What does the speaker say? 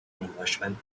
englishman